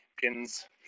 pins